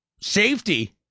safety